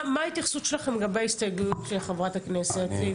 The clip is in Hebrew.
מה ההתייחסות שלכם לגבי ההסתייגות של חברת הכנסת?